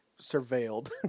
surveilled